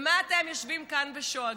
מה אתם יושבים כאן ושואגים?